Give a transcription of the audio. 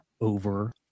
over